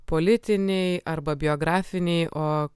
politiniai arba biografiniai o